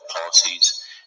policies